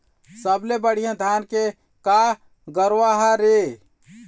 सबले बढ़िया धाना के का गरवा हर ये?